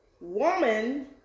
woman